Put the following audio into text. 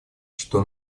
что